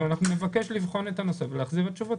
אנחנו נבקש לבחון את הנושא ולהחזיר את תשובתנו.